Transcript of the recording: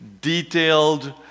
detailed